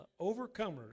Overcomers